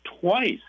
twice